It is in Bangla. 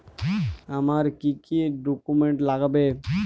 আমার কি কি ডকুমেন্ট লাগবে?